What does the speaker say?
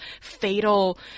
fatal